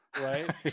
right